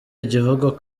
igihugu